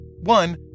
One